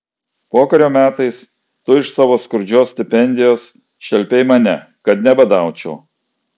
pokario metais tu iš savo skurdžios stipendijos šelpei mane kad aš nebadaučiau